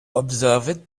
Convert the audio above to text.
observed